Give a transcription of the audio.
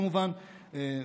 כמובן,